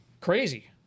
Crazy